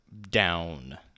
down